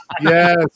yes